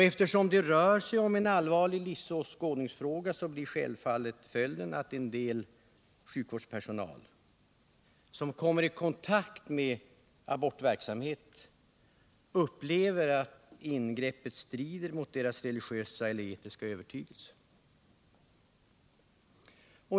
Eftersom det rör sig om en allvarlig livsåskådningsfråga, blir självfallet följden att en del sjukvårdsanställda som kommer i kontakt med abortverksamhet upplever att ett sådant ingrepp strider mot deras religiösa eller etiska övertygelse.